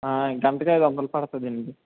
గంటకి ఐదు వందలు పడుతుంది అండి